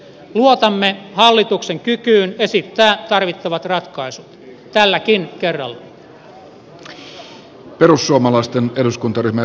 luotamme hallituksen kykyyn esittää tarvittavat ratkaisut tälläkin kerralla